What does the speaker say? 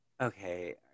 okay